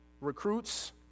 recruits